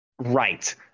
Right